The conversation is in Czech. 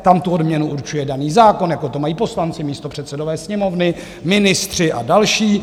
Tam tu odměnu určuje daný zákon, jako to mají poslanci, místopředsedové Sněmovny, ministři a další.